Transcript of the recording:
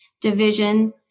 division